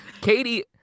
Katie